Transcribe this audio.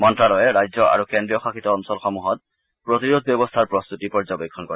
মন্ত্যালয়ে ৰাজ্য আৰু কেন্দ্ৰীয় শাসিত অঞ্চলসমূহত প্ৰতিৰোধ ব্যৱস্থাৰ প্ৰস্ততি পৰ্যবেক্ষণ কৰে